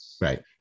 right